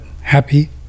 Happy